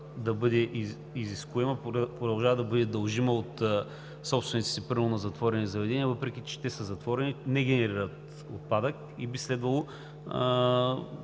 да бъде изискуема, продължава да бъде дължима от собствениците на затворени заведения, въпреки че те са затворени, не генерират отпадък и би следвало